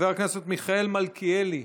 חבר הכנסת מיכאל מלכיאלי,